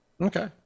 okay